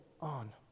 on